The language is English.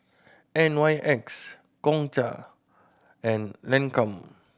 N Y X Gongcha and Lancome